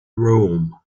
room